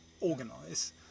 organise